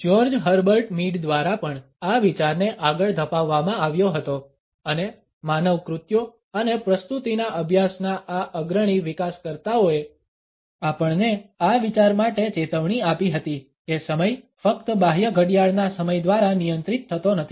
George Herbert Mead દ્વારા પણ આ વિચારને આગળ ધપાવવામાં આવ્યો હતો અને માનવ કૃત્યો અને પ્રસ્તુતિના અભ્યાસના આ અગ્રણી વિકાસકર્તાઓએ આપણને આ વિચાર માટે ચેતવણી આપી હતી કે સમય ફક્ત બાહ્ય ઘડિયાળના સમય દ્વારા નિયંત્રિત થતો નથી